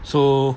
so